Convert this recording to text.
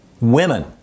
women